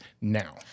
now